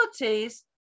abilities